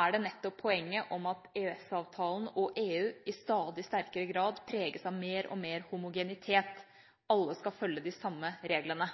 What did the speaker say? er det nettopp poenget om at EØS-avtalen og EU i stadig sterkere grad preges av mer og mer homogenitet. Alle skal følge de samme reglene.